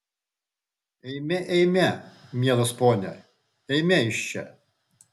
eime eime mielas pone eime iš čia